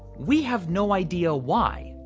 we have no idea why.